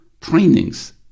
trainings